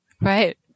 Right